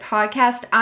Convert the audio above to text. Podcast